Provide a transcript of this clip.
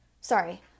Sorry